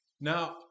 Now